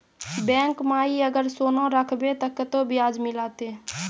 Bank माई अगर सोना राखबै ते कतो ब्याज मिलाते?